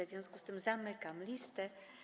W związku z tym zamykam listę.